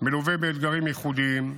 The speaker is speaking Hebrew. מלווה באתגרים ייחודיים,